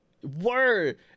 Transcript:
Word